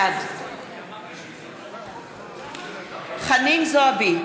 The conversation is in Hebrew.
בעד חנין זועבי,